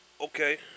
Okay